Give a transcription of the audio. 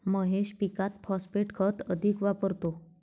महेश पीकात फॉस्फेट खत अधिक वापरतो